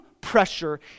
pressure